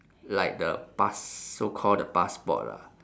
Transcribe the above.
like the pass~ so called the passport lah